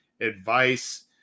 advice